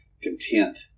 content